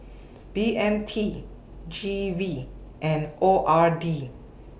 B M T G V and O R D